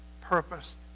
purpose